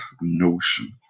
notion